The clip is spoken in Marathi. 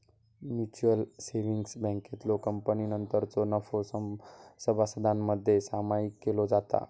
म्युचल सेव्हिंग्ज बँकेतलो कपातीनंतरचो नफो सभासदांमध्ये सामायिक केलो जाता